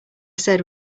said